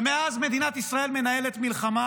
ומאז מדינת ישראל מנהלת מלחמה,